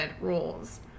rules